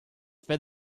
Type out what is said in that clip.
feed